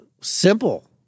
simple